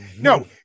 no